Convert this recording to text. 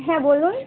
হ্যাঁ বলুন